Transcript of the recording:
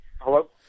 Hello